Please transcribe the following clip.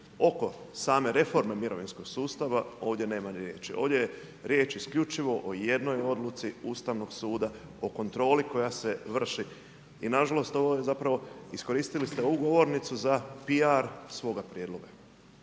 oko same reforme mirovinskog sustava, ovdje nema ni riječi. Ovdje riječi isključivo o jednoj odluci Ustavnog suda o kontroli koja se vrši i nažalost ovo je zapravo iskoristili ste ovu govornicu za PR svoga prijedloga.